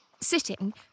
sitting